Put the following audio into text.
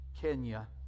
Kenya